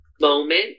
moment